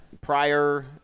prior